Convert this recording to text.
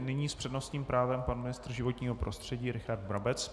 Nyní s přednostním právem pan ministr životního prostředí Richard Brabec.